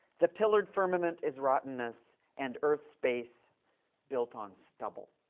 the pillar'd firmament is rott'nness, and earth's base built on stubble.